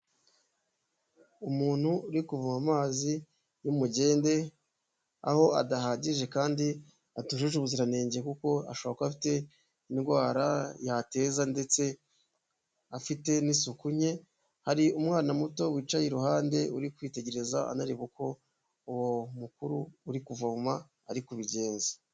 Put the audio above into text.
Umuntu uri kuvoma amazi y'umugende, aho adahagije kandi atujuje ubuziranenge kuko ashobora kuba afite indwara yateza ndetse afite n'isuku nke, hari umwana muto wicaye iruhande uri kwitegereza, anareba uko uwo mukuru uri kuvoma ari kubigenza.